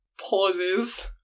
pauses